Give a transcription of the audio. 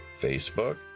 Facebook